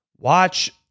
Watch